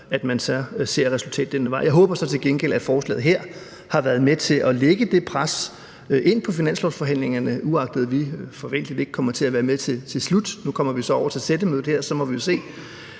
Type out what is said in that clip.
– og så ser man resultatet ad den vej. Kl. 20:54 Jeg håber så til gengæld, at forslaget her har været med til at lægge det pres ind på finanslovsforhandlingerne – uagtet at vi forventeligt ikke kommer til at være med til slut, men nu kommer vi så over til sættemødet her, og så må vi jo se